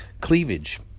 cleavage